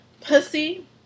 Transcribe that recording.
pussy